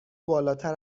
بالاتر